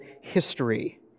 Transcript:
history